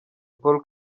paul